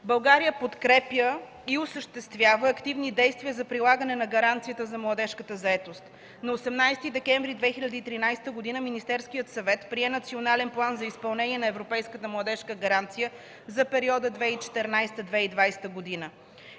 България подкрепя и осъществява активни действия за прилагане на гаранцията за младежката заетост. На 18 декември 2013 г. Министерският съвет прие Национален план за изпълнение на Европейската младежка гаранция за периода 2014-2020 г.